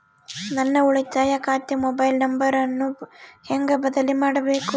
ನನ್ನ ಉಳಿತಾಯ ಖಾತೆ ಮೊಬೈಲ್ ನಂಬರನ್ನು ಹೆಂಗ ಬದಲಿ ಮಾಡಬೇಕು?